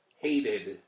hated